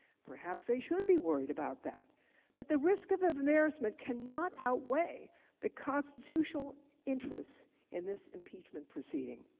perhaps they should be worried about that but the risk of of embarrassment cannot outweigh the constitutional interest in this impeachment proceeding.